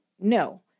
No